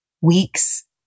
week's